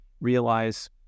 realize